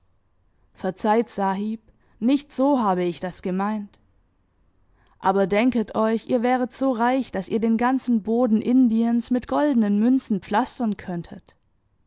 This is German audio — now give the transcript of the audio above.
verzeiht sahib nicht so habe ich das gemeint aber denket euch ihr wäret so reich daß ihr den ganzen boden indiens mit goldenen münzen pflastern könntet